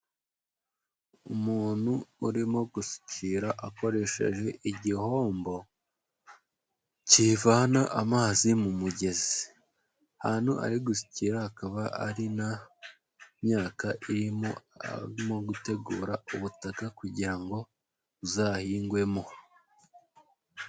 Umuntu urimo gusukira akoresheje igihombo, kivana amazi mu mugezi. Ahantu ari gusukira hakaba ari nta myaka irimo, arimo gutegura ubutaka, kugira ngo buzahingwemo.